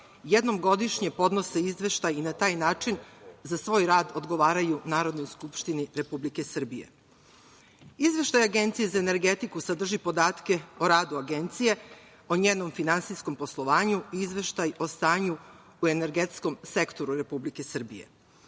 jednom godišnje podnose izveštaj i na taj način za svoj rad odgovaraju Narodnoj skupštini Republike Srbije. Izveštaj Agencije za energetiku sadrži podatke o radu Agencije, o njenom finansijskom poslovanju, izveštaj o stanju u energetskom sektoru Republike Srbije.